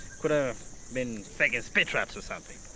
could've been faking speed traps or something.